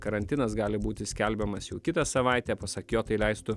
karantinas gali būti skelbiamas jau kitą savaitę pasak jo tai leistų